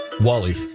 Wally